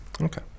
Okay